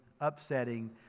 upsetting